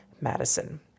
Madison